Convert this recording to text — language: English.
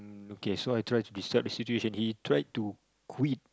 okay so I try to describe the situation he tried to quit